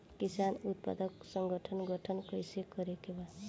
किसान उत्पादक संगठन गठन कैसे करके बा?